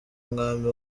umwami